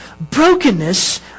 brokenness